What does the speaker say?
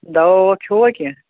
دوا وواہ کھیوٚوا کیٚنٛہہ